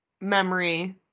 memory